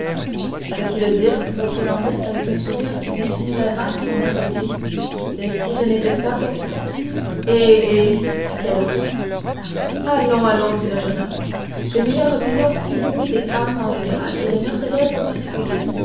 ce qui veut dire reprit dantès avec un sourire qui dissimulait mal son inquiétude que si je n'étais pas capitaine eh eh fit caderousse allons allons dit le jeune homme j'ai meilleure opinion que vous des femmes en général et de mercédès en particulier